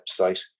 website